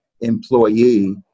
employee